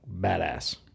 badass